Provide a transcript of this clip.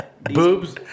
Boobs